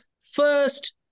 first